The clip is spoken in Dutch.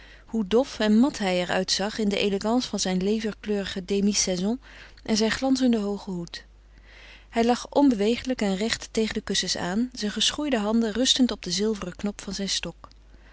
hoe dof en mat hij er uitzag in de elegance van zijn leverkleurigen demi saison en zijn glanzenden hoogen hoed hij lag onbeweeglijk en recht tegen de kussens aan zijn geschoeide handen rustend op den zilveren knop van zijn stok